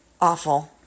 awful